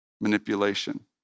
manipulation